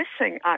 missing